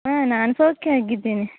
ಹಾಂ ನಾನು ಸೌಖ್ಯ ಆಗಿದ್ದೇನೆ